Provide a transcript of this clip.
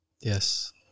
Yes